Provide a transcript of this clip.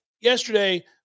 yesterday